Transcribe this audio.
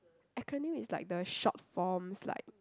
acronym is like the short forms like